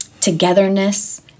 togetherness